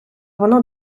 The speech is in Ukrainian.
воно